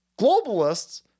globalists